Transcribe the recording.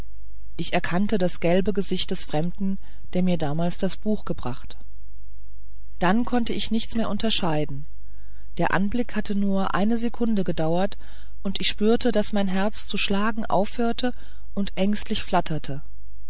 ich erkannte das gelbe gesicht des fremden der mir damals das buch gebracht dann konnte ich nichts mehr unterscheiden der anblick hatte nur eine sekunde gedauert und ich spürte daß mein herz zu schlagen aufhörte und ängstlich flatterte